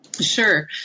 Sure